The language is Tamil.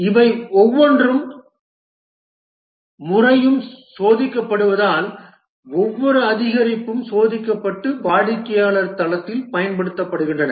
இவை ஒவ்வொரு முறையும் சோதிக்கப்படுவதால் ஒவ்வொரு அதிகரிப்பும் சோதிக்கப்பட்டு வாடிக்கையாளர் தளத்தில் பயன்படுத்தப்படுகின்றன